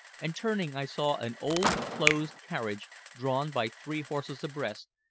and turning i saw an old closed carriage drawn by three horses abreast,